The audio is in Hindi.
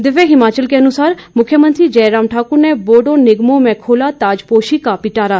दिव्य हिमाचल के अनुसार मुख्यमंत्री जयराम ठाकुर ने बोर्ड निगमों में खोला ताजपोशी का पिटारा